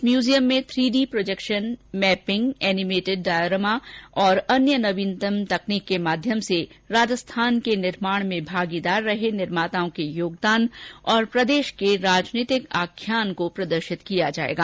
इस म्यूजियम में three D projection mapping animated diorama तथा अन्य नवीनतम तकनीक के माध्यम से राजस्थान के निर्माण में भागीदार रहे निर्माताओं के योगदान तथा प्रदेश के राजनीतिक आख्यान को प्रदर्शित किया जाएगा